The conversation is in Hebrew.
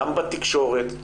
גם בתקשורת,